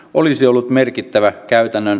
olisi ollut merkittävä käytännön